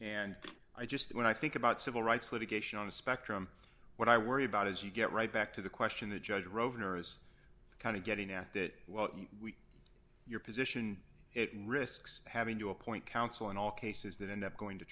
and i just when i think about civil rights litigation on the spectrum what i worry about is you get right back to the question the judge roven or is kind of getting at that well your position it risks having to appoint counsel in all cases that end up going to